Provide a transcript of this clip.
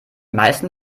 meisten